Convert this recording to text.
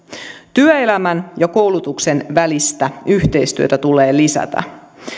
työelämän ja koulutuksen välistä yhteistyötä tulee lisätä